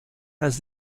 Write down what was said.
has